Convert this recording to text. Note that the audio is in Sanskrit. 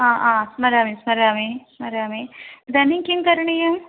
हा आ स्मरामि स्मरामि स्मरामि इदानीं किं करणीयम्